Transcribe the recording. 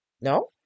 No